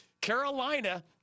Carolina